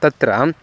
तत्र